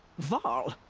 varl?